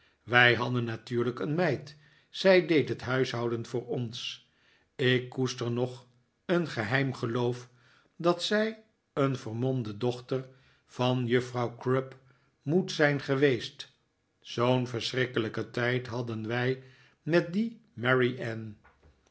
wij hadden natuurlijk een meid zij deed het huishouden voor ons ik koester nog een geheim geloof dat zij een vermomde dochter van juffrouw crupp moet zijn geweest zoo'n ve'rschrikkelijken tijd hadden wij met die mary